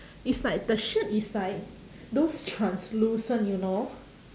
it's like the shirt is like those translucent you know